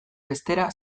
bestera